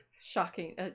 shocking